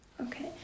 Okay